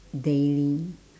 daily